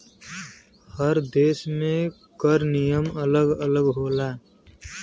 हर देस में कर नियम अलग अलग होला